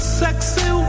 sexy